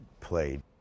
played